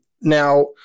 Now